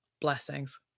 Blessings